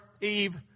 Eve